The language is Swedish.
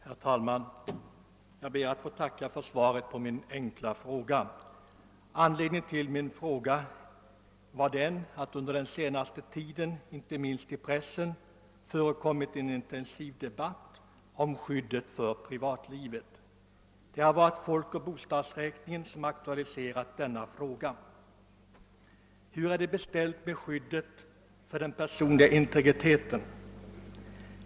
Herr talman! Jag ber att få tacka för svaret på min enkla fråga. Anledningen till min fråga var att det under den senaste tiden, inte minst i pressen, förekommit en intensiv debatt om skyddet för privatlivet. Det är folkoch bostadsräkningen som har ak tualiserat frågan: Hur är det ställt med skyddet för den personliga integriteten?